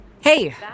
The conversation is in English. Hey